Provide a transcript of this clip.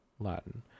Latin